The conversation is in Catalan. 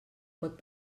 pot